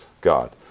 God